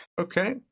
Okay